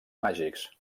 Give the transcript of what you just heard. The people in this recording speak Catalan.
màgics